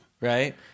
right